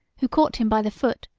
who caught him by the foot,